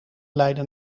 leiden